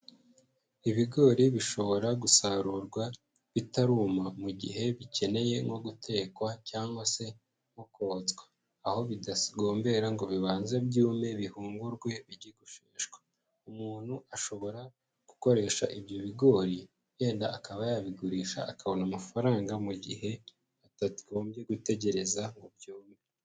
Ibigori bishobora gusarurwa bitaruma mu gihe bikeneye nko gutekwa cyangwa se nko kotswa, aho bitagombera ngo bibanze byume bihungurwe bijye gusheshwa, umuntu ashobora gukoresha ibyo bigori yenda akaba yabigurisha akabona amafaranga mu gihe atagombye gutegereza ngo byume.